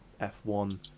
F1